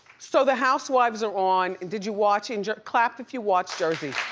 so the housewives are on. did you watch, and clap if you watched jersey.